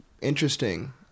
interesting